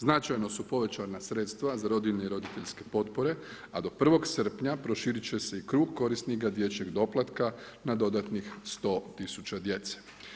Značajno su povećana sredstva za rodilje i roditeljske potpore, a do 1. srpnja, proširiti će se i krug korisnika dječjeg doplatka na dodatnih 100000 djece.